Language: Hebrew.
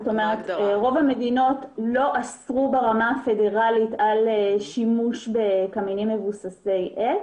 רוב המדינות לא אסרו ברמה הפדרלית על שימוש בקמינים מבוססי עץ,